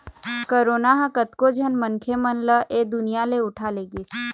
corona ह कतको झन मनखे मन ल ऐ दुनिया ले उठा लेगिस